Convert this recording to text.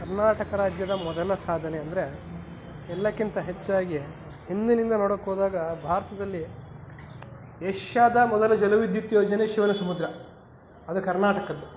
ಕರ್ನಾಟಕ ರಾಜ್ಯದ ಮೊದಲ ಸಾಧನೆ ಅಂದರೆ ಎಲ್ಲಕ್ಕಿಂತ ಹೆಚ್ಚಾಗಿ ಹಿಂದಿನಿಂದ ನೋಡೋಕೆ ಹೋದಾಗ ಭಾರತದಲ್ಲಿ ಏಷ್ಯಾದ ಮೊದಲ ಜಲವಿದ್ಯುತ್ ಯೋಜನೆ ಶಿವನಸಮುದ್ರ ಅದು ಕರ್ನಾಟಕದ್ದು